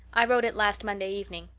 i wrote it last monday evening.